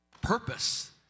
purpose